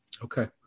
Okay